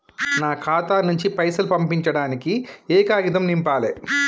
నా ఖాతా నుంచి పైసలు పంపించడానికి ఏ కాగితం నింపాలే?